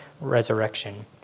resurrection